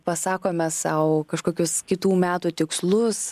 pasakome sau kažkokius kitų metų tikslus